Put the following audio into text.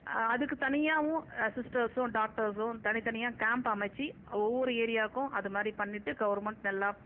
அதுக்கு தனியாகவும் சிஸ்டர்ஸும் டாக்டர்ஸும் தனித்தனியாக கேம்ப் அமைச்சு ஒவ்வொரு ஏரியாவுக்கும் அது மாதிரி பண்ணிட்டு கவர்ன்மெண்ட் நல்லா